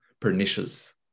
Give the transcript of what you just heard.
pernicious